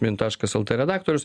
min taškas lt redaktorius